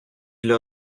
для